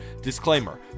Disclaimer